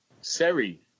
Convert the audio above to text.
Seri